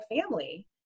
family